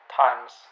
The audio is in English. times